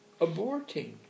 aborting